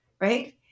right